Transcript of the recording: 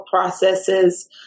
processes